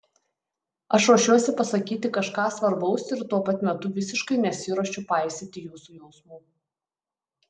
aš ruošiuosi pasakyti kažką svarbaus ir tuo pat metu visiškai nesiruošiu paisyti jūsų jausmų